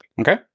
Okay